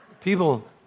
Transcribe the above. People